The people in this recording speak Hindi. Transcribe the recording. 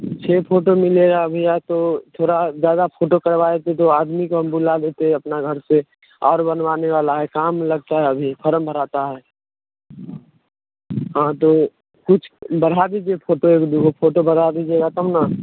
छः फोटो मिलेगा भैया तो थोड़ा ज़्यादा फोटो करवाएते तो आदमी को हम बुला लेते अपना घर से और बनवाने वाला है काम लगता है अभी फॉरम भराता है हाँ तो कुछ बढ़ा दीजिए फोटो एक दो फोटो बढ़ा दीजिएगा तब ना